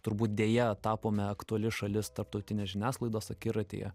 turbūt deja tapome aktuali šalis tarptautinės žiniasklaidos akiratyje